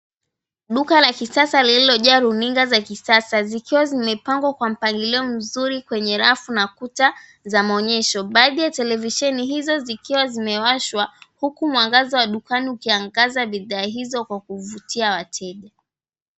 Duka la kisasa lililojaa runinga za kisasa zikiwa zimepangwa kwa mpangilio mzuri kwenye rafu na kuta za maonyesho. Baadhi ya televisheni hizo zikiwa zimewashwa huku mwangaza wa dukani ukiangaza bidhaa hizo kwa kuvutia wateja.